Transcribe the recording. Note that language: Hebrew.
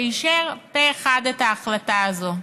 שאישר פה אחד את ההחלטה הזו.